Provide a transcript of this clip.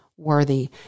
worthy